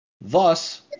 Thus